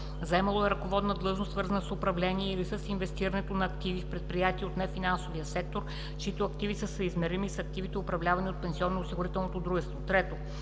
заемало ръководна длъжност, свързана с управлението или с инвестирането на активи в предприятие от нефинансовия сектор, чиито активи са съизмерими с активите, управлявани от пенсионноосигурителното дружество; 3.